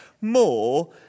more